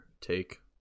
take